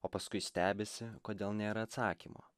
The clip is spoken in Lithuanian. o paskui stebisi kodėl nėra atsakymo